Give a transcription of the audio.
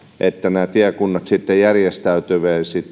että nämä tiekunnat sitten järjestäytyisivät